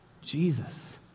Jesus